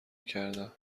کردم